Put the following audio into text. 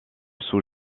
sous